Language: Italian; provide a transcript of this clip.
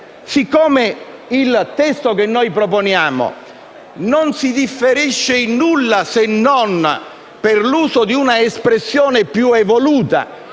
siccome il testo che proponiamo non differisce in nulla, se non per l'uso di una espressione più evoluta,